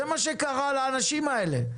זה מה שקרה לאנשים האלה.